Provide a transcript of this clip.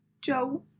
Joe